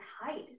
hide